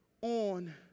on